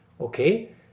okay